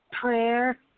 Prayer